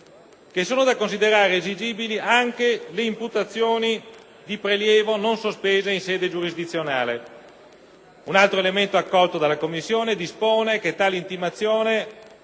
che sono da considerare esigibili anche le imputazioni di prelievo non sospese in sede giurisdizionale. Un altro elemento accolto dalla Commissione dispone che tale intimazione